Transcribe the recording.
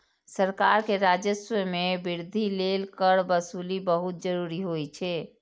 सरकार के राजस्व मे वृद्धि लेल कर वसूली बहुत जरूरी होइ छै